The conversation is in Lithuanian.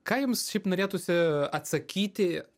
ką jums šiaip norėtųsi atsakyti